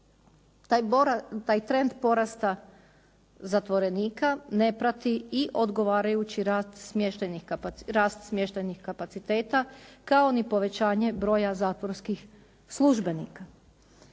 Taj trend porasta zatvorenika ne prati i odgovarajući rast smještajnih kapaciteta kao ni povećanje broja zatvorskih službenika.